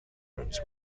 rooms